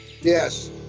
Yes